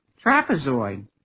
Trapezoid